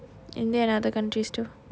india and other countries too